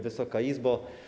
Wysoka Izbo!